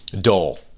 dull